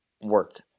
work